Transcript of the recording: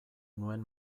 nuen